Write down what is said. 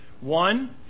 One